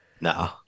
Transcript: No